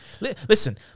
Listen